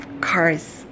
cars